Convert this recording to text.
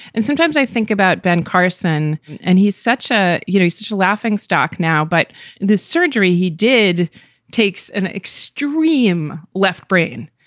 and sometimes i think about ben carson and he's such ah you know he's such a laughing stock now. but this surgery he did takes an extreme left brain.